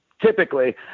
typically